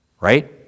right